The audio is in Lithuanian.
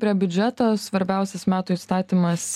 prie biudžeto svarbiausias metų įstatymas